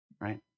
right